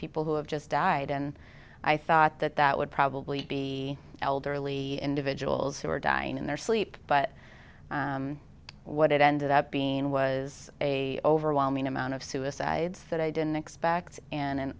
people who have just died and i thought that that would probably be elderly individuals who were dying in their sleep but what it ended up being was a overwhelming amount of suicides that i didn't expect in an